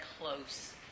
close